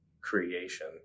creation